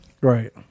Right